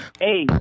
hey